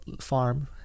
farm